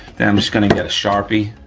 then i'm just gonna get a sharpie.